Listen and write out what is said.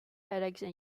headaches